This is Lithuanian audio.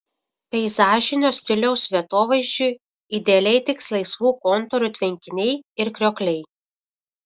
peizažinio stiliaus vietovaizdžiui idealiai tiks laisvų kontūrų tvenkiniai ir kriokliai